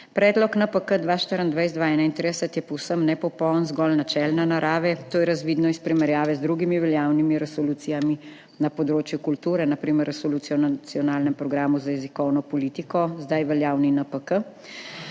Predlog NPK 2024–2031 je povsem nepopoln, zgolj načelne narave. To je razvidno iz primerjave z drugimi veljavnimi resolucijami na področju kulture, na primer z Resolucijo o nacionalnem programu za jezikovno politiko. Zdaj veljavni NPK,